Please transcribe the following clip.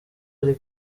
ari